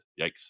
yikes